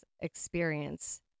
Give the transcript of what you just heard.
experience